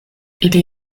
ili